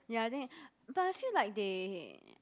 ya i think but I feel like they